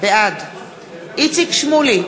בעד איציק שמולי,